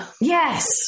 Yes